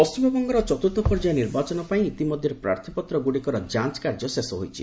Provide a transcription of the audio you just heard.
ପଶ୍ଚିମବଙ୍ଗର ଚତୁର୍ଥ ପର୍ଯ୍ୟାୟ ନିର୍ବାଚନ ପାଇଁ ଇତମଧ୍ୟରେ ପ୍ରାର୍ଥୀପତ୍ର ଗୁଡ଼ିକର ଯାଞ୍ଚ କାର୍ଯ୍ୟ ଶେଷ ହୋଇଛି